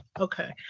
Okay